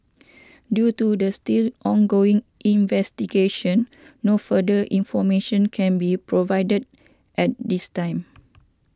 due to the still ongoing investigation no further information can be provided at this time